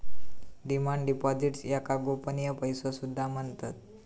demand deposits याका गोपनीय पैसो सुद्धा म्हणतत